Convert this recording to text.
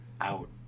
out